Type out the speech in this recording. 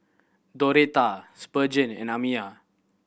Doretha Spurgeon and Amiya